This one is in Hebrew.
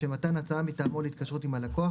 לשם מתן הצעה מטעמו להתקשרות עם הלקוח,